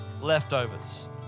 leftovers